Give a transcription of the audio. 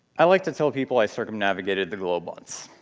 i like to tell people i circumnavigated the globe once,